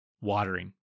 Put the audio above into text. Watering